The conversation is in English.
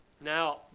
Now